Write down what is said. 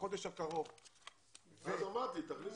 בחודש הקרוב --- זה אוטומטי, תכניסו סעיף.